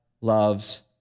loves